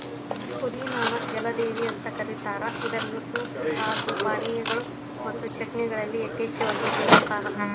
ಪುದಿನಾ ನ ಜಲದೇವಿ ಅಂತ ಕರೇತಾರ ಇದನ್ನ ಸೂಪ್, ಸಾಸ್, ಪಾನೇಯಗಳು ಮತ್ತು ಚಟ್ನಿಗಳಲ್ಲಿ ಯಥೇಚ್ಛವಾಗಿ ಉಪಯೋಗಸ್ತಾರ